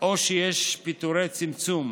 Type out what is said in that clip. או שיש פיטורי צמצום,